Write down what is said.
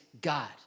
God